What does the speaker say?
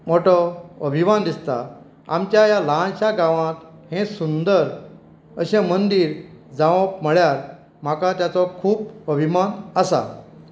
मोठो अभिमान दिसता आमच्या ह्या ल्हानशा गांवांत हें सुंदर अशें मंदीर जावप म्हणल्यार म्हाका ताचो खूब अभिमान आसा